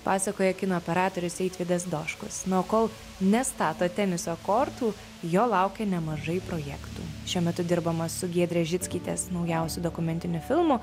pasakoja kino operatorius eitvydas doškus na o kol nestato teniso kortų jo laukia nemažai projektų šiuo metu dirbama su giedrės žickytės naujausiu dokumentiniu filmu